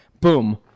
Boom